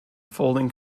folding